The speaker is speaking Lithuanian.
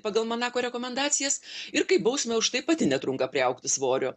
pagal manako rekomendacijas ir kaip bausmę už tai pati netrunka priaugti svorio